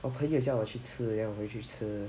我朋友叫我去吃 then 我会去吃